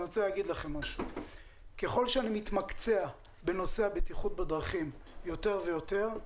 אני רוצה להגיד לכם שככל שאני מתמקצע בנושא הבטיחות בדרכים יותר ויותר,